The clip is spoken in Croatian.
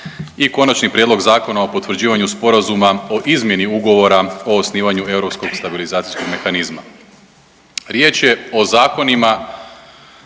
- Konačni prijedlog Zakona o potvrđivanju Sporazuma o izmjeni Ugovora o osnivanju Europskog stabilizacijskog mehanizma